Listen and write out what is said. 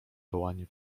wołanie